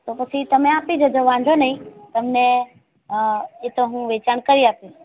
તો પછી તમે આપી દેજો વાંધો નહીં તમને એતો હું વેચાણ કરી આપીશ